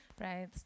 right